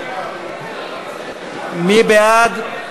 מי בעד?